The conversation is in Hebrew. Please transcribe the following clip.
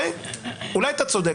אולי אתה צודק,